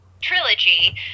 trilogy